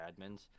admins